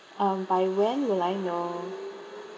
um by when will I know